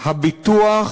הביטוח,